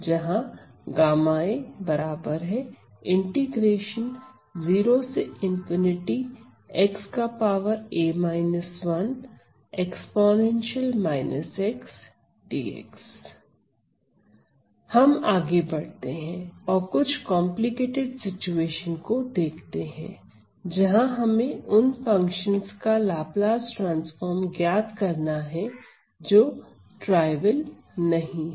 जहां हम आगे बढ़ते हैं और कुछ कॉम्प्लिकेटेड सिचुएशन को देखते हैं जहां हमें उन फंक्शंस का लाप्लास ट्रांसफार्म ज्ञात करना है जो त्रिवियल नहीं है